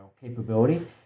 capability